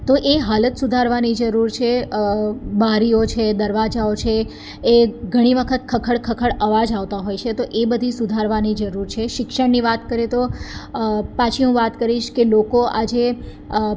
તો એ હાલત સુધારવાની જરૂર છે બારીઓ છે દરવાજાઓ છે એ ઘણી વખત ખખડ ખખડ અવાજ આવતા હોય છે તો એ બધી સુધારવાની જરૂર છે શિક્ષણની વાત કરીએ તો પાછી હું વાત કરીશ કે લોકો આજે